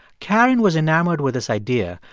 karen was enamored with this idea.